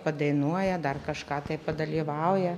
padainuoja dar kažką tai padalyvauja